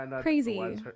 crazy